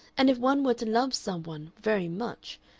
and if one were to love some one very much,